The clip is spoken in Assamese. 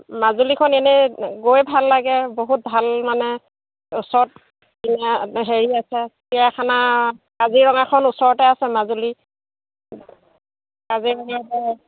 মাজুলিখন এনেই গৈ ভাল লাগে বহুত ভাল মানে ওচৰত হেৰি আছে চিৰিয়াখানা কাজিৰঙাখন ওচৰতে আছে মাজুলিৰ